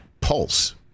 pulse